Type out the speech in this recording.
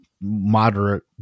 moderate